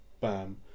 bam